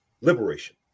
liberation